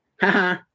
Haha